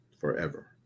forever